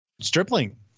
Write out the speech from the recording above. Stripling